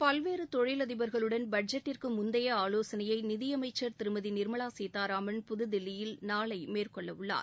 பல்வேறு தொழிலதிபர்களுடன் பட்ஜெட்டிற்கு முந்தைய ஆலோசனையை நிதியமைச்சர் திருமதி நிர்மலா சீதாராமன் புதுதில்லியில் நாளை மேற்கொள்ளவுள்ளார்